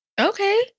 Okay